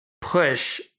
push